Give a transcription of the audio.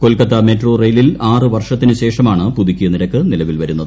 Kolkata metro റെയിലിൽ ആറ് വർഷത്തിനുശേഷമാണ് പുതുക്കിയ നിരക്ക് നിലവിൽ വരുന്നത്